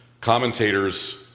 Commentators